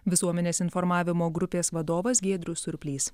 visuomenės informavimo grupės vadovas giedrius surplys